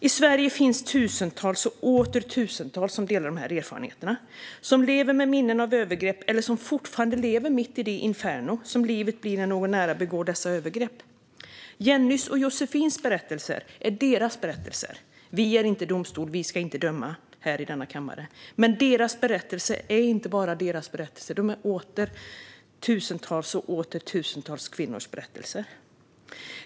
I Sverige finns tusentals och åter tusentals som delar dessa erfarenheter, som lever med minnen av övergrepp eller som fortfarande lever mitt i det inferno som livet blir när någon nära begår dessa övergrepp. Jennys och Josefins berättelser är deras berättelser. Vi är inte en domstol; vi ska inte döma här i denna kammare. Men deras berättelser är inte bara deras. Det är tusentals och åter tusentals kvinnors berättelser.